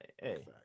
hey